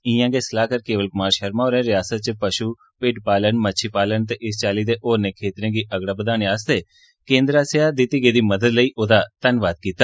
इयां गै सलाहकार केवल कुमार शर्मा होरें रियासता च पशु भिड्ड पालन मच्छी पालन ते इस चाली दे होरने क्षेत्रें गी अगड़ा बदाने आस्तै केन्द्र आसेया दिती गेदी मदद लेई ओदा धन्नवाद कीता